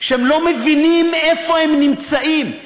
שהם לא מבינים איפה הם נמצאים.